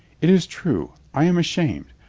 it is true. i am ashamed,